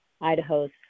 Idaho's